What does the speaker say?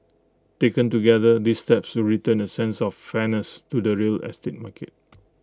taken together these steps return A sense of fairness to the real estate market